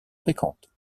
fréquentes